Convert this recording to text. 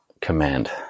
command